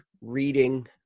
reading